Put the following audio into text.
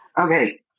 Okay